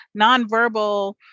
nonverbal